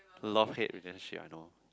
love hate relationship I know